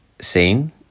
scene